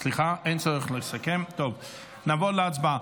סליחה, אין צריך לסכם, נעבור להצבעה.